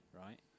right